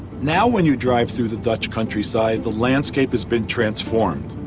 now when you drive through the dutch countryside, the landscape has been transformed.